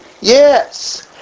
Yes